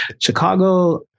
Chicago